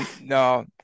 No